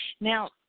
Now